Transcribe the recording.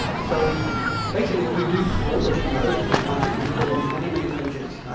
so basically we do crawl as you know, as you can imagine we crawl many, many pages.